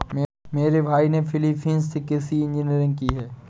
मेरे भाई ने फिलीपींस से कृषि इंजीनियरिंग की है